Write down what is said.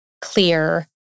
clear